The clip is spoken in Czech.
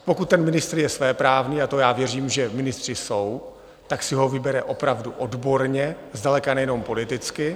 Pokud ten ministr je svéprávný a to já věřím, že ministři jsou tak si ho vybere opravdu odborně, zdaleka ne jenom politicky.